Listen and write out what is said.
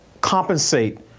compensate